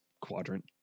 quadrant